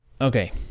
Okay